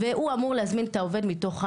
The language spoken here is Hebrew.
והוא אמור להזמין את העובד מתוך המאגר.